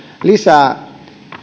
lisää